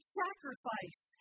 sacrifice